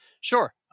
Sure